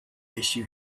issue